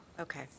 okay